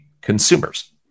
consumers